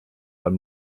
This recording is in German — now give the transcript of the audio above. ein